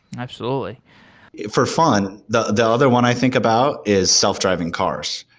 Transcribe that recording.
absolutely for fun, the the other one i think about is self-driving cars.